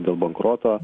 dėl bankroto